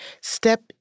Step